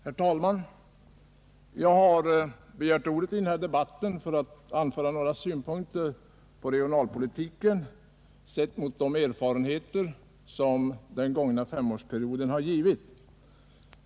Herr talman! Jag har begärt ordet i denna debatt för att anföra några synpunkter på regionalpolitiken, sett mot de erfarenheter som den gångna femårsperioden har givit.